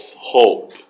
hope